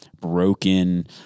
broken